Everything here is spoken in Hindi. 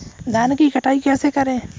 धान की कटाई कैसे करें?